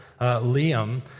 Liam